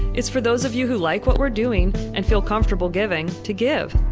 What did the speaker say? is for those of you who like what we're doing and feel comfortable giving to give.